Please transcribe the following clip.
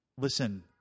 Listen